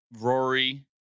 Rory